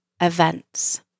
events